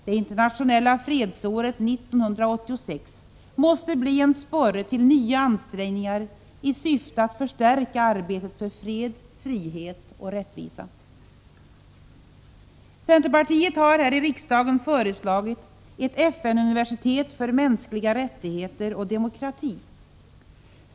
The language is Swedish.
Det internationella fredsåret 1986 måste bli en sporre till nya ansträngningar i syfte att förstärka arbetet för fred, frihet och rättvisa. Centerpartiet har här i riksdagen föreslagit ett FN-universitet för mänskliga rättigheter och demokrati.